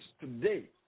today